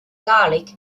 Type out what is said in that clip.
garlic